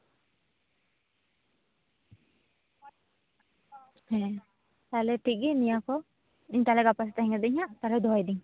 ᱦᱮᱸ ᱛᱟᱞᱦᱮ ᱴᱷᱤᱠᱜᱮᱭᱟ ᱱᱤᱭᱟᱹ ᱠᱚ ᱤᱧ ᱛᱟᱞᱦᱮ ᱜᱟᱯᱟ ᱥᱮᱛᱟᱜ ᱦᱤᱡᱩᱜ ᱤᱧ ᱦᱟᱸᱜ ᱛᱟᱦᱞᱮ ᱫᱚᱦᱚᱭᱫᱤᱧ